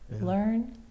learn